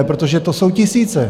Protože to jsou tisíce!